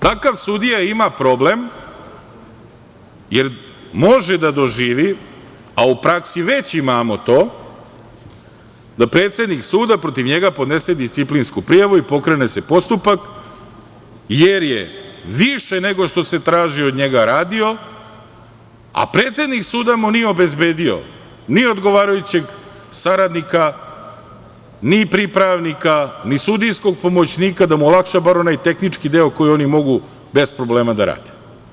Takav sudija ima problem jer može da doživi, a u praksi već imamo to, da predsednik suda protiv njega podnese disciplinsku prijavu i pokrene se postupak jer je više nego što se traži od njega radio, a predsednik suda mu nije obezbedio ni odgovarajućeg saradnika, ni pripravnika, ni sudijskog pomoćnika da olakša bar onaj tehnički deo koji oni mogu bez problema da rade.